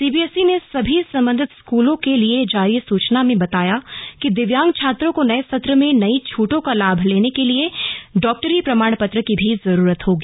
CBSE ने सभी संबद्ध स्कूलों के लिए जारी सूचना में बताया कि दिव्यांग छात्रों को नये सत्र में नई छूटों का लाभ लेने के लिए डॉक्टरी प्रमाण पत्र की भी जरूरत होगी